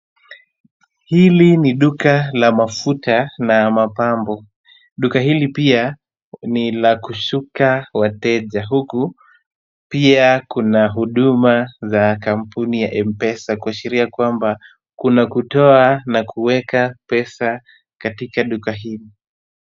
Hili ni duka la mafuta na mapambo. Duka hili pia ni la kusuka wateja, huku pia kuna huduma za kampuni ya M-Pesa, kuashiria kwamba kuna kutoa na kuweka pesa katika duka hili.